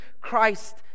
Christ